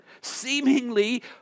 seemingly